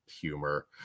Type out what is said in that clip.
humor